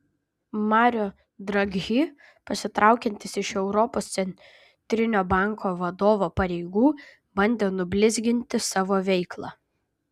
mario draghi pasitraukiantis iš europos centrinio banko vadovo pareigų bandė nublizginti savo veiklą